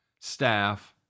staff